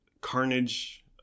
carnage